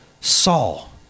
saul